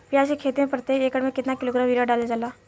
प्याज के खेती में प्रतेक एकड़ में केतना किलोग्राम यूरिया डालल जाला?